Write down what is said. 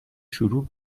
شروع